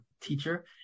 teacher